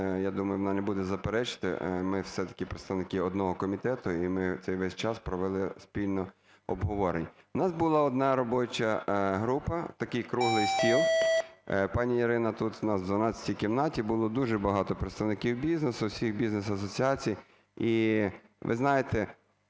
Я думаю, вона не буде заперечувати, ми все-таки представники одного комітету, і ми цей весь час провели спільно обговорень. У нас була одна робоча група, такий круглий стіл, пані Ірино, тут у нас в 12 кімнаті, було дуже багато представників бізнесу, всіх бізнес-асоціацій. І ви знаєте,